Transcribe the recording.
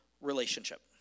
relationship